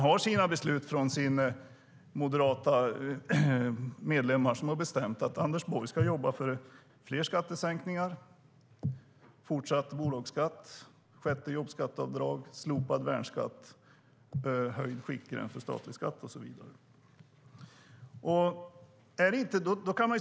Moderaterna har ju bestämt att Anders Borg ska jobba för fler skattesänkningar, fortsatt bolagsskatt, ett sjätte jobbskatteavdrag, slopad värnskatt, höjd skiktgräns för statlig skatt och så vidare.